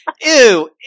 Ew